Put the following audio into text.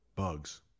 bugs